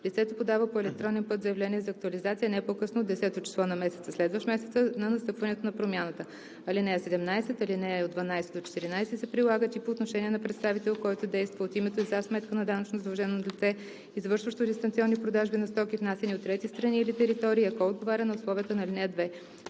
лицето подава по електронен път заявление за актуализация не по-късно от 10-о число на месеца, следващ месеца на настъпването на промяната. (17) Алинеи 12 – 14 се прилагат и по отношение на представител, който действа от името и за сметка на данъчно задължено лице, извършващо дистанционни продажби на стоки, внасяни от трети страни или територии, ако отговаря на условията на ал. 2.